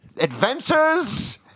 Adventures